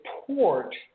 support